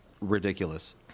ridiculous